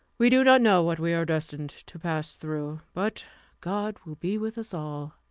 we do not know what we are destined to pass through. but god will be with us all.